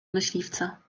myśliwca